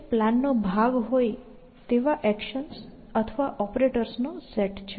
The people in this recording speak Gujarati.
તે પ્લાનનો ભાગ હોય તેવા એક્શન્સ અથવા ઓપરેટર્સ નો સેટ છે